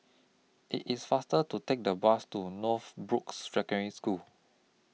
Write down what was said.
IT IS faster to Take The Bus to Northbrooks Secondary School